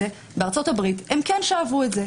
בארצות הברית הם כן קיבלו את זה.